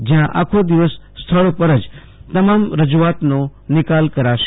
જ્યાં આખો દિવસ સ્થળ પર તમામ રજુઆતોનો નિકાલ કરાશે